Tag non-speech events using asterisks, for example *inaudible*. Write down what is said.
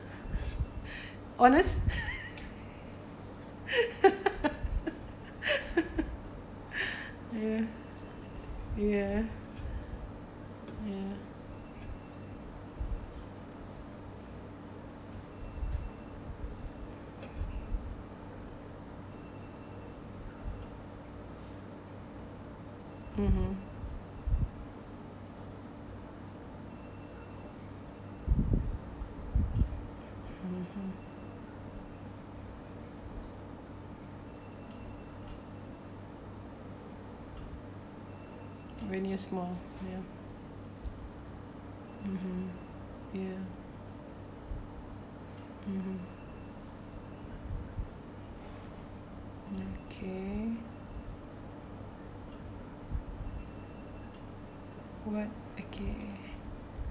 honest *laughs* ya ya ya (uh huh) when you're small (uh huh) ya (uh huh) okay what okay